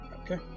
Okay